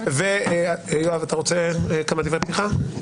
יואב, אתה רוצה כמה דברי פתיחה?